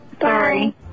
Sorry